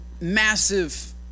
massive